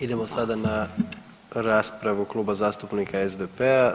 Idemo sada na raspravu Kluba zastupnika SDP-a.